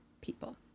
people